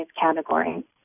category